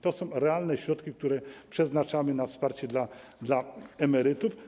To są realne środki, które przeznaczamy na wsparcie dla emerytów.